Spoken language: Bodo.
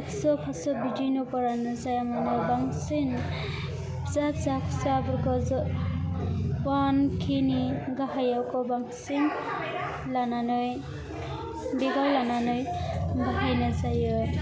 एक्स' पास्स' बिदिनो बरननाय जायो माने बांसिन फिसा फिसा खुस्राफोरखौ ज' वान के नि गाहायाव गोबांसिन लानानै बेगआव लानानै बाहायनाय जायो